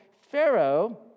Pharaoh